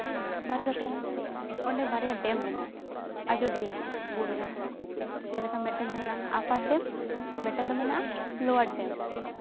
ᱵᱟᱫ ᱠᱟᱛᱮᱜ ᱚᱸᱰᱮ ᱵᱟᱨᱭᱟ ᱰᱮᱢ ᱢᱮᱱᱟᱜᱼᱟ ᱟᱡᱳᱫᱤᱭᱟᱹ ᱵᱩᱨᱩ ᱨᱮ ᱡᱮᱞᱮᱠᱟ ᱢᱤᱫᱴᱮᱱ ᱫᱚ ᱢᱮᱱᱟᱜᱼᱟ ᱟᱯᱟᱨ ᱰᱮᱢ ᱢᱮᱫᱴᱮᱱ ᱫᱚ ᱢᱮᱱᱟᱜᱼᱟ ᱞᱳᱣᱟᱨ ᱰᱮᱢ